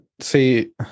See